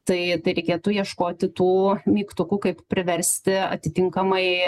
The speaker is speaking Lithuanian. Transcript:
tai reikėtų ieškoti tų mygtukų kaip priversti atitinkamai